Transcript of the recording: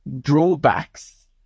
drawbacks